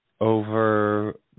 Over